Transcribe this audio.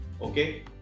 okay